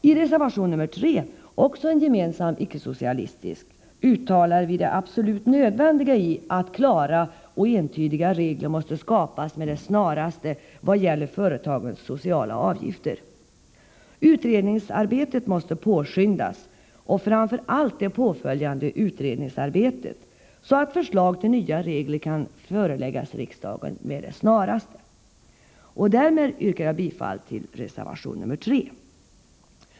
I reservation nr 3, också den en gemensam icke-socialistisk reservation, uttalar vi att det är absolut nödvändigt att klara och entydiga regler skapas med det snaraste vad gäller sociala avgifter. Utredningsarbetet på denna punkt och framför allt det därpå följande beredningsarbetet måste påskyndas, så att förslag till nya regler kan föreläggas riksdagen med det snaraste. Därmed yrkar jag bifall till reservation nr 3.